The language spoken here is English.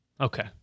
Okay